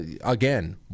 again